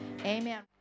Amen